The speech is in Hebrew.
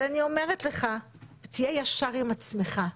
אבל תהיה ישר עם עצמך.